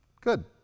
Good